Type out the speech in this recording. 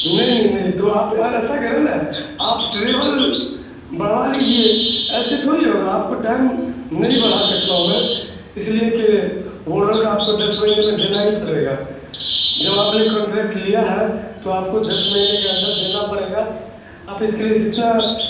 نہیں نہیں نہیں تو آپ ایسا کرو نا آپ ٹریول بڑھوا لیجیے ایسے تھوڑی ہوگا آپ کو ٹائم نہیں بڑھا سکتا ہوں میں اس لیے کہ وہ روڈ آپ کو دس مہینے میں دینا ہی پڑے گا جب آپ نے کنٹریکٹ لیا ہے تو آپ کو دس مہینے کے اندر دینا پڑے گا آپ اس کے لیے جتنا